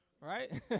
Right